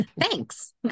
Thanks